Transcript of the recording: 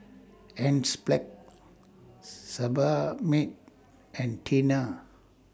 Enzyplex Sebamed and Tena